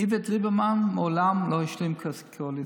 איווט ליברמן מעולם לא השלים קדנציה.